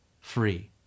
free